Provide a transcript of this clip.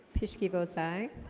fish key both sigh